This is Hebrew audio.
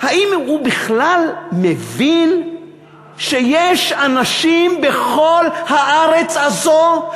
האם הוא בכלל מבין שיש אנשים בכל הארץ הזו,